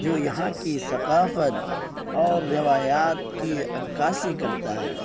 جو یہاں کی ثقافت اور روایات کی عکاسی کرتا ہے